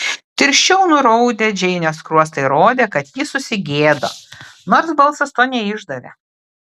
tirščiau nuraudę džeinės skruostai rodė kad ji susigėdo nors balsas to neišdavė